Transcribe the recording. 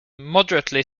moderately